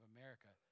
America